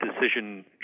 decision